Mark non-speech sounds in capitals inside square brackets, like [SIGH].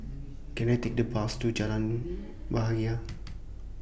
[NOISE] Can I Take The Bus to Jalan Bahagia